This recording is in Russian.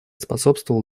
способствовал